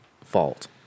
fault